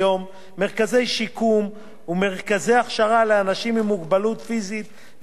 מרכזי שיקום ומרכזי הכשרה לאנשים עם מוגבלות פיזית ושכלית,